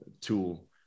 tool